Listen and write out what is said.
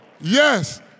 yes